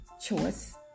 choice